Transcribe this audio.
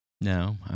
No